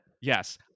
Yes